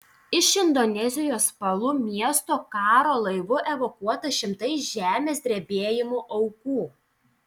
iš indonezijos palu miesto karo laivu evakuota šimtai žemės drebėjimo aukų